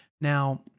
Now